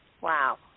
wow